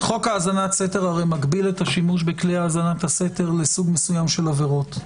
חוק האזנת סתר מגביל את השימוש בכלי האזנת הסתר לסוג מסוים של עבירות,